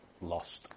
lost